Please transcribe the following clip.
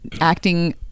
acting